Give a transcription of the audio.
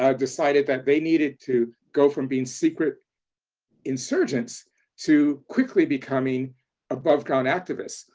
um decided that they needed to go from being secret insurgents to quickly becoming above ground activists.